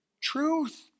truth